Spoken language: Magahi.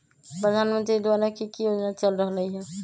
प्रधानमंत्री द्वारा की की योजना चल रहलई ह?